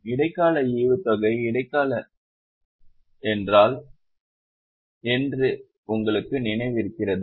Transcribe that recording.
இடைக்கால ஈவுத்தொகை இடைக்கால ஈவுத்தொகை என்றால் என்ன என்று உங்களுக்கு நினைவிருக்கிறதா